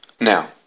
Now